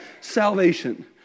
salvation